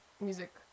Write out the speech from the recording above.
music